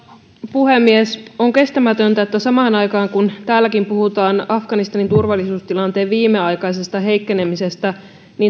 puhemies on kestämätöntä että samaan aikaan kun täälläkin puhutaan afganistanin turvallisuustilanteen viimeaikaisesta heikkenemisestä